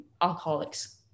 alcoholics